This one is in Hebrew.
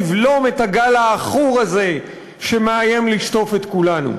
לבלום את הגל העכור הזה שמאיים לשטוף את כולנו.